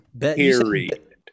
Period